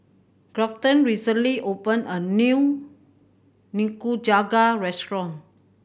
Grafton recently opened a new Nikujaga restaurant